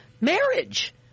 marriage